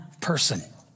person